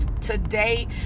today